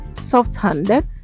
soft-handed